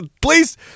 Please